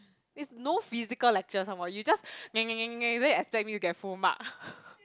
is no physical lectures some more you just then you expect me to get full mark